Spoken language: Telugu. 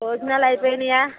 భోజనాలు అయిపోయినయా